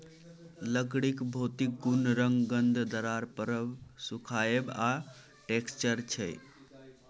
लकड़ीक भौतिक गुण रंग, गंध, दरार परब, सुखाएब आ टैक्सचर छै